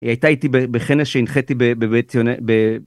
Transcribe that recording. היא הייתה איתי בכנס שהנחיתי בבית ציוני...